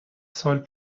سال